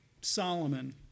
Solomon